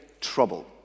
trouble